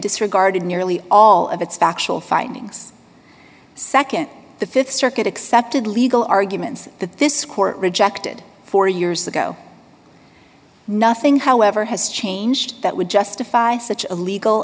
disregarded nearly all of its factual findings nd the th circuit accepted legal arguments that this court rejected four years ago nothing however has changed that would justify such a legal